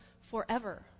forever